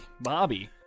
Bobby